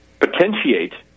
potentiate